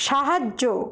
সাহায্য